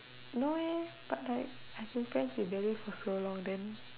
no eh but like I have been friends with Bailey for so long then